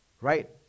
right